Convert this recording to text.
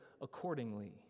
accordingly